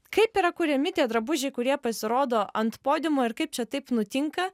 kaip yra kuriami tie drabužiai kurie pasirodo ant podiumo ir kaip čia taip nutinka